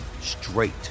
straight